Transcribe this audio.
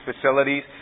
facilities